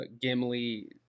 gimli